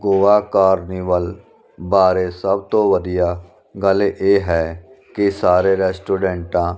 Goa carnival ਬਾਰੇ ਸਭ ਤੋਂ ਵਧੀਆ ਗੱਲ ਇਹ ਹੈ ਕਿ ਸਾਰੇ ਰੈਸਟੋਰੈਂਟਾਂ